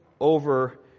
Over